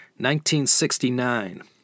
1969